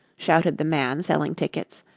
shouted the man selling tickets,